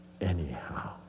anyhow